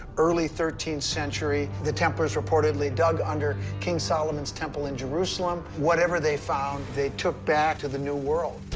early thirteenth century. the templars reportedly dug under king solomon's temple in jerusalem. whatever they found, they took back to the new world.